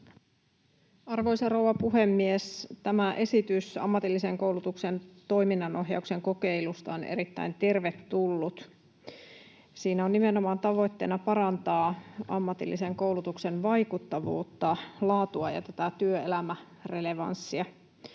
Arvoisa rouva puhemies! Tämä esitys ammatillisen koulutuksen toiminnanohjauksen kokeilusta on erittäin tervetullut. Siinä on nimenomaan tavoitteena parantaa ammatillisen koulutuksen vaikuttavuutta, laatua ja tätä työelämärelevanssia.